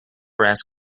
brass